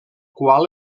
qual